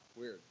weird